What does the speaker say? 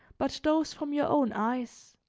but those from your own eyes,